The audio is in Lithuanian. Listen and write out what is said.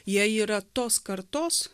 jie yra tos kartos